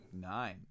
Nine